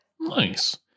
Nice